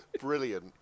Brilliant